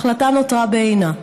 ההחלטה נותרה בעינה: